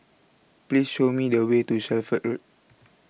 Please Show Me The Way to Shelford Road